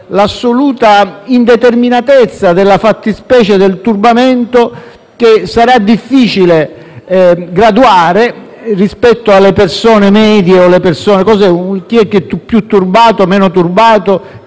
l'assoluta indeterminatezza della fattispecie del turbamento, che sarà difficile graduare rispetto alle persone. Chi è più turbato e chi lo